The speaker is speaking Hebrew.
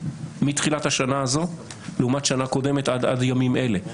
מתחילת השנה הזו לעומת שנה קודמת בזמן הזה.